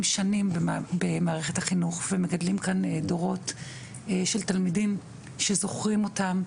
שנים במערכת החינוך ומגדלים כאן דורות של תלמידים שזוכרים אותם.